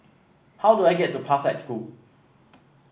how do I get to Pathlight School